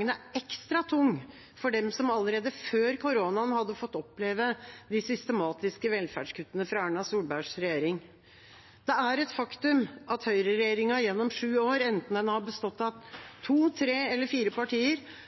er ekstra tung for dem som allerede før koronaen hadde fått oppleve de systematiske velferdskuttene fra Erna Solbergs regjering. Det er et faktum at høyreregjeringa gjennom sju år – enten den har bestått av to, tre eller fire partier